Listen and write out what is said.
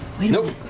Nope